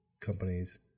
companies